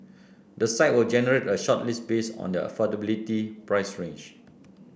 the site will generate a shortlist based on their affordability price range